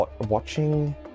watching